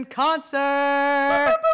concert